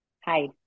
hi